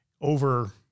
over